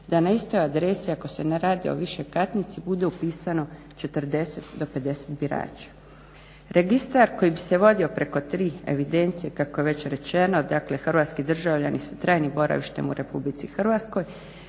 da na istoj adresi ako se ne radi o višekatnici bude upisano 40 do 50 birača. Registar koji bi se vodio preko tri evidencije kako je već rečeno, dakle hrvatski državljani sa trajnim boravištem u Republici Hrvatskoj,